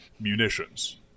munitions